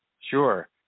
Sure